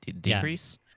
decrease